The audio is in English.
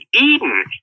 Eden